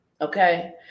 okay